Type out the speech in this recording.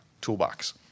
toolbox